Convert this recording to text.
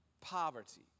Poverty